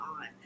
on